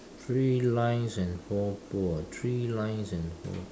three lines and four pole three lines and four